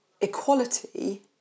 equality